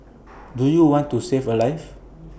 do you want to save A life